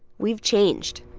we've changed.